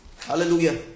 Hallelujah